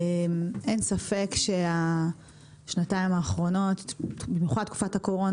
אין ספק שהשנתיים האחרונות במיוחד תקופת הקורונה